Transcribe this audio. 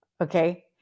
okay